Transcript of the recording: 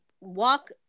walk